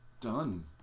Done